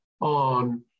on